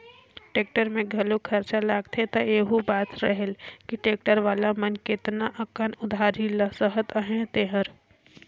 tractor में घलो खरचा लागथे त एहू बात रहेल कि टेक्टर वाला मन केतना अकन उधारी ल सहत अहें तेहर